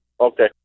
Okay